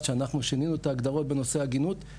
ששינינו את ההגדרות בנושא עגינות,